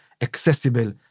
accessible